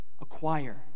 acquire